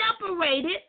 separated